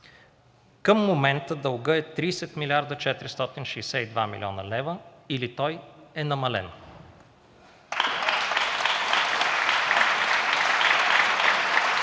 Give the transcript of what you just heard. Към момента дълга е 30 млрд. 462 млн. лв., или той е намален.